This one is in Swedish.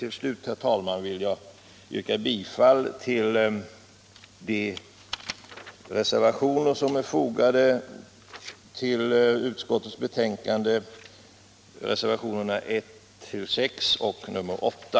Till slut, herr talman, vill jag yrka bifall till reservationerna 1-6 samt reservationen 8.